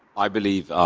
i believe